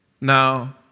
Now